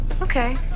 Okay